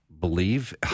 believe